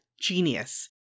Genius